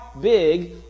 big